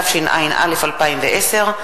התשע"א 2010,